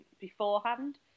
beforehand